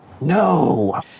No